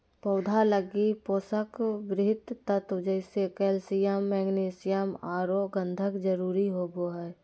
पौधा लगी पोषक वृहत तत्व जैसे कैल्सियम, मैग्नीशियम औरो गंधक जरुरी होबो हइ